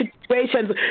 situations